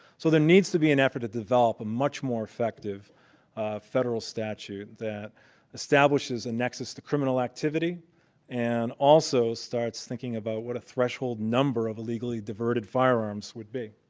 so there needs to be an effort to develop a much more effective federal statute that establishes a nexus to criminal activity and also starts thinking about what a threshold number of illegally diverted firearms would be.